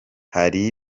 hari